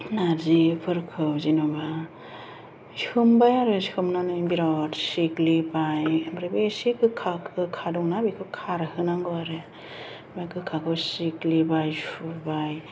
नारजिफोरखौ जेनेबा सोमबाय आरो सोमनानै बिराद सिग्लिबाय ओमफ्राय बे एसे गोखा दंना बेखौ खारहोनांगौ आरो ओमफ्राय गोखाखौ सिग्लिबाय सुबाय